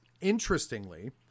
Interestingly